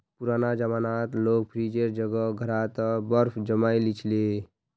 पुराना जमानात लोग फ्रिजेर जगह घड़ा त बर्फ जमइ ली छि ले